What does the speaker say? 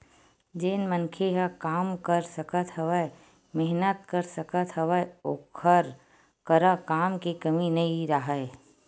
जेन मनखे ह काम कर सकत हवय, मेहनत कर सकत हवय ओखर करा काम के कमी नइ राहय